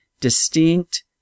distinct